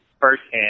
firsthand